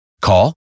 Call